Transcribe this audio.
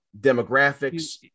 demographics